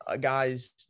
guys